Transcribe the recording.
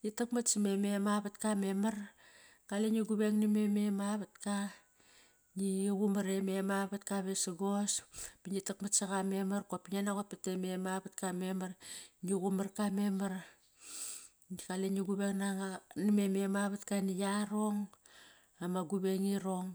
ngit tak mat same mem avatka memar. Kale ngi guveng name mem avatka. Ngi qumar e mem avatka vesagos. Ba ngit takmat saqa memar kopki ngiat naqot pat e mem avatka memar. Ngi qumar ka memar. Qale ngi guveng naqa, name me mem avatka na yarong ama guveng irong.